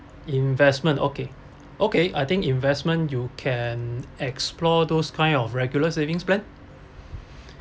investment okay okay I think investment you can explore those kind of regular savings plan